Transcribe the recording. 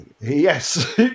yes